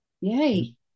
yay